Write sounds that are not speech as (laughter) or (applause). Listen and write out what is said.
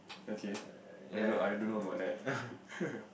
okay I don't know I don't know about that okay (laughs)